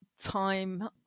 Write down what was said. time